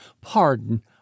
Pardon